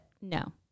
No